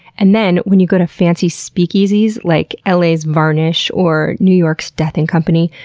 and then, when you go to fancy speakeasies like l a s varnish or new york's death and company,